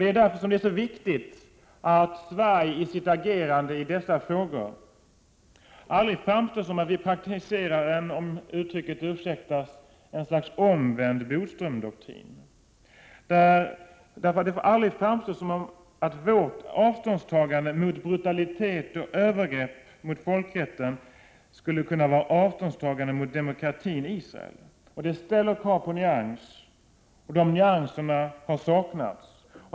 Det är därför som det är så viktigt att Sverige i sitt agerande i Om konflikten mellan dessa frågor aldrig framstår som om vi kritiserar ett slags — om uttrycket SR 2 ; Fe ; Israel och palestinierursäktas — omvänd Bodströmdoktrin. na, m.m. Vårt avståndstagande från brutalitet och övergrepp mot folkrätten får aldrig framstå som ett avståndstagande från demokratin i Israel. Det ställer krav på nyanser, och nyanserna har saknats.